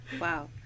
Wow